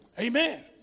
Amen